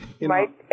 right